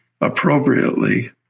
appropriately